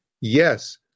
yes